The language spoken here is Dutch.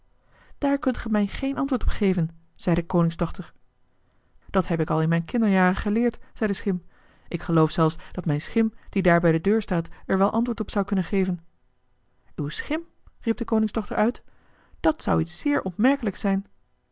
daar kunt ge mij geen antwoord op geven zei de koningsdochter dat heb ik al in mijn kinderjaren geleerd zei de schim ik geloof zelfs dat mijn schim die daar bij de deur staat er wel antwoord op zou kunnen geven uw schim riep de koningsdochter uit dat zou iets zeer opmerkelijks zijn